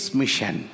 mission